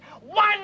One